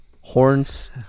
horns